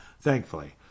Thankfully